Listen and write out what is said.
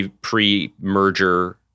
pre-merger